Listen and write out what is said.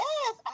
Yes